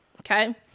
Okay